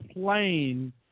plane